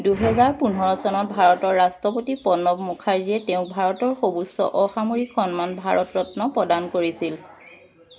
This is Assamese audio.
দুহেজাৰ চনত ভাৰতৰ ৰাষ্ট্ৰপতি প্ৰণৱ মুখাৰ্জীয়ে তেওঁক ভাৰতৰ সৰ্বোচ্চ অসামৰিক সন্মান ভাৰত ৰত্ন প্ৰদান কৰিছিল